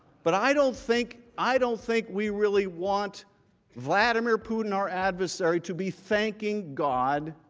but, i don't think, i don't think we really want vladimir putin our adversary to be thinking god